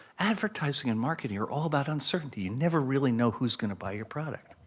advertising and marketing are all about uncertainty you never really know who's going to buy your product.